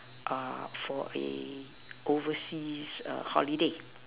uh for a overseas err holiday